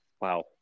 Wow